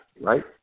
Right